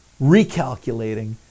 recalculating